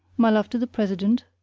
my love to the president,